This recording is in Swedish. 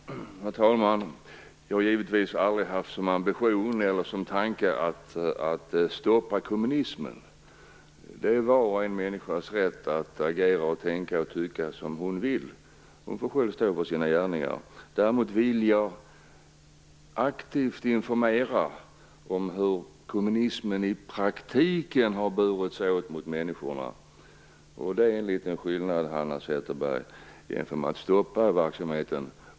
Herr talman! Jag har givetvis aldrig haft som ambition eller tanke att stoppa kommunismen. Det är varje människas rätt att agera, tänka och tycka som hon vill. Hon får själv stå för sina gärningar. Däremot vill jag aktivt informera om vad kommunismen i praktiken har inneburit för människorna. Det är, Hanna Zetterberg, något annat än att vilja stoppa verksamheten.